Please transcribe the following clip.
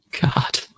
God